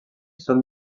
són